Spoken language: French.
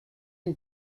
une